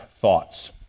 thoughts